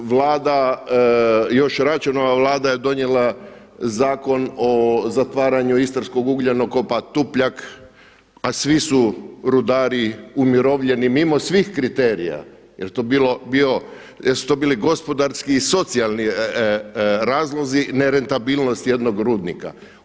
Još Račanova vlada je donijela Zakon o zatvaranju istarskog ugljenokopa Tupljak, a svi su rudari umirovljeni mimo svih kriterija jel su to bili gospodarski i socijalni razlozi nerentabilnost jednog rudnika.